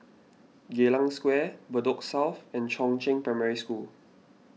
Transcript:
Geylang Square Bedok South and Chongzheng Primary School